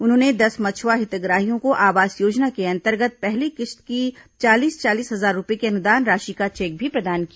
उन्होंने दस मछ्आ हितग्राहियों को आवास योजना के अंतर्गत पहली किस्त की चालीस चालीस हजार रूपये की अनुदान राशि का चेक भी प्रदान किया